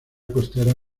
costera